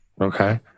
Okay